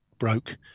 broke